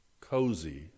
cozy